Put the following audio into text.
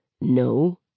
No